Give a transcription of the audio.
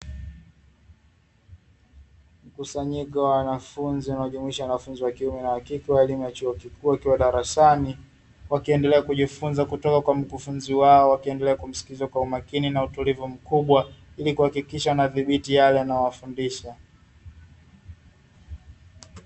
Kusanyiko la wanafunzi wanaojumuisha wanafunzi wa kiume na uhakika lina chuo kikuu wakiwa darasani, wakiendelea kujifunza kutoka kwa mkufunzi wao, wakiendelea kumsikiliza kwa umakini na utulivu mkubwa ili kuhakikisha wanadhibiti yale anayowafundisha.